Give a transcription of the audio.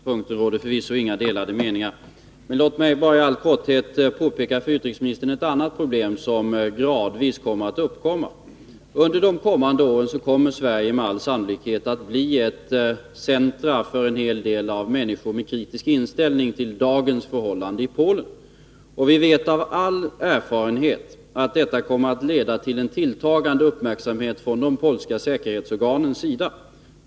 Herr talman! På den senare punkten råder förvisso inga delade meningar. Men låt mig i all korthet påpeka för utrikesministern att också ett annat problem gradvis kommer att uppstå. Under de kommande åren kommer Sverige med all sannolikhet att bli ett centrum för en hel del människor med kritisk inställning till dagens förhållande i Polen. Vi vet av erfarenhet att detta kommer att leda till en tilltagande uppmärksamhet från de polska säkerhetsorganens sida.